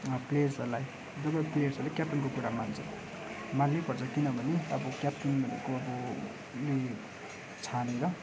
प्लेयर्सहरूलाई जब प्लेयर्सहरूले क्याप्टनको कुरा मान्छ मान्नैपर्छ किनभने अब क्याप्टनको अब छानेर